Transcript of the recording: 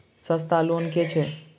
सस्ता लोन केँ छैक